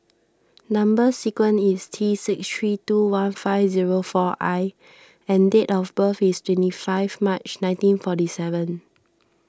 Number Sequence is T six three two one five zero four I and date of birth is twenty five March nineteen forty seven